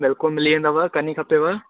बिल्कुलु मिली वेंदव कॾहिं खपेव